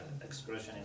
expression